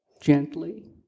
gently